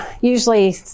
usually